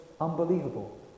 unbelievable